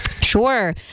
Sure